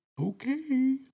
Okay